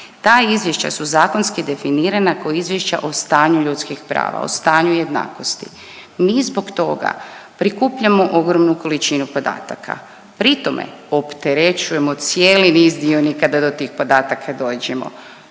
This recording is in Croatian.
ta izvješća su zakonski definirana kao izvješća o stanju ljudskih prava, o stanju jednakosti. Mi zbog toga prikupljamo ogromnu količinu podataka pritome opterećujemo cijeli niz dionika da do tih podataka dođemo,